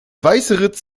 weißeritz